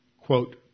quote